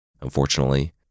Unfortunately